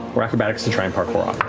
or acrobatics to try and parkour off